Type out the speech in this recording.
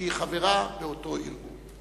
שהיא חברה באותו ארגון.